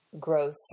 gross